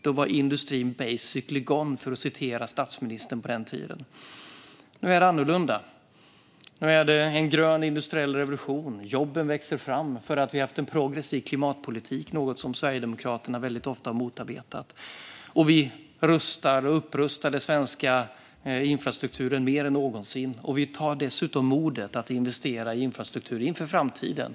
Då var industrin "basically gone", för att citera statsministern på den tiden. Nu är det annorlunda. Nu är det en grön industriell revolution. Jobben växer fram för att vi har haft en progressiv klimatpolitik - något som Sverigedemokraterna väldigt ofta har motarbetat. Vi rustar och upprustar den svenska infrastrukturen mer än någonsin, och vi har dessutom modet att investera i infrastruktur inför framtiden.